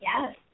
yes